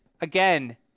again